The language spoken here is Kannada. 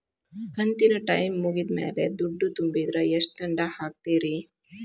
ಕಂತಿನ ಟೈಮ್ ಮುಗಿದ ಮ್ಯಾಲ್ ದುಡ್ಡು ತುಂಬಿದ್ರ, ಎಷ್ಟ ದಂಡ ಹಾಕ್ತೇರಿ?